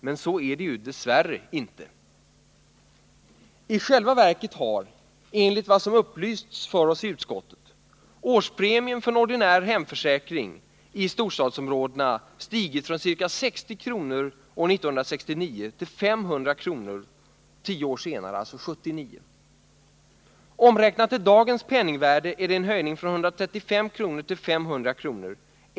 Men så är det dess värre inte. I själva verket har, enligt vad som upplysts oss i utskottet, årspremien för en ordinär hemförsäkring i storstadsområdena stigit från ca 60 kr. år 1969 till 500 kr. tio år senare, alltså 1979. Omräknat till dagens penningvärde är det en höjning från 135 kr. till 500 kr.